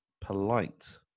polite